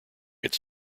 its